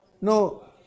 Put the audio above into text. No